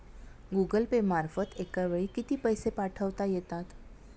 Google Pay मार्फत एका वेळी किती पैसे पाठवता येतात?